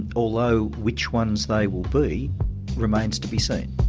although which ones they will be remains to be seen.